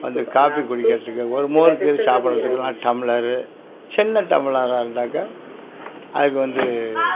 வந்து காப்பி குடிக்கிறதுக்கு ஒரு மோர் கீறு சாப்பிடுறத்துக்கு எல்லாம் டம்ளரு சின்ன டம்ளராக இருந்தாக்கா அதுக்கு வந்து